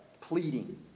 pleading